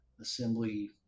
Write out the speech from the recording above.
assembly